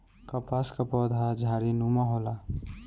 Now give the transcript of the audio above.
कपास कअ पौधा झाड़ीनुमा होला